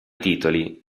titoli